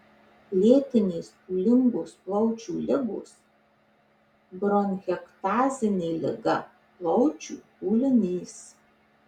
lėtinės pūlingos plaučių ligos bronchektazinė liga plaučių pūlinys